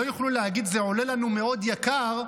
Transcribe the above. הם לא יוכלו להגיד: זה עולה לנו יקר מאוד,